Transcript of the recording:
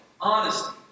Honesty